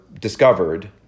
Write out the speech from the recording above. discovered